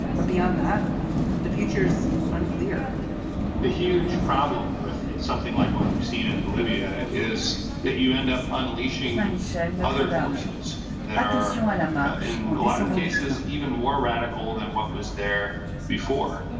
but beyond that the future is unclear the huge problem with something like what we've seen in bolivia is that you end up unleashing other forces that are in a lot of cases even more radical than what was there before.